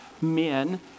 men